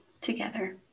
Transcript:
together